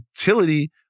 utility